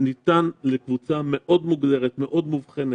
שניתן לקבוצה מאוד מוגדרת ומובחנת,